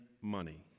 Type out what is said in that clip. money